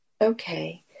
Okay